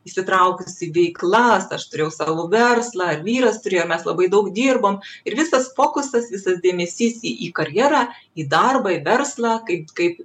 įsitraukus į veiklas aš turėjau savo verslą ir vyras turėjo ir mes labai daug dirbom ir visas fokusas visas dėmesys į į karjerą į darbą į verslą kaip kaip